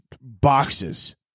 boxes